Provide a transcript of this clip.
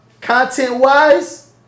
Content-wise